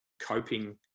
coping